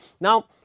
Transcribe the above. Now